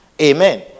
amen